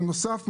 בנוסף,